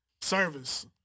service